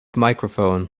microphone